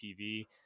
TV